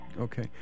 Okay